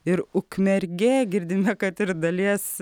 ir ukmergė girdime kad ir dalies